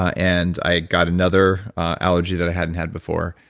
ah and i got another allergy that i hadn't had before.